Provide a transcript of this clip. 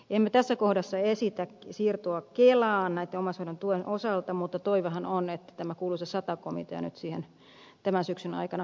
emme tässä kohdassa esitä siirtoa kelaan omaishoidon tuen osalta mutta toivehan on että tämä kuuluisa sata komitea nyt siihen tämän syksyn aikana päätyisi